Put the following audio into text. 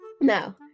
Now